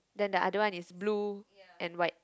then the other one is blue and white